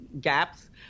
gaps